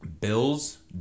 Bills